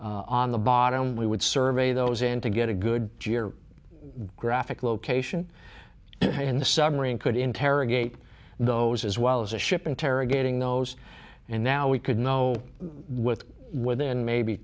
s on the bottom we would survey those and to get a good graphic location in the submarine could interrogate those as well as a ship interrogating those and now we could know with within maybe